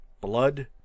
blood